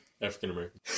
African-American